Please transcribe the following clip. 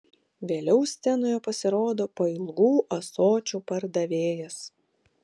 vėliau scenoje pasirodo pailgų ąsočių pardavėjas